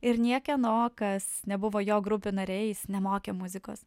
ir niekieno kas nebuvo jo grupių nariais nemokė muzikos